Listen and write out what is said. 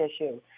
issue